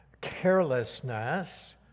carelessness